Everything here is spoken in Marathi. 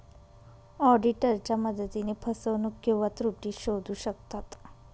ऑडिटरच्या मदतीने फसवणूक किंवा त्रुटी शोधू शकतात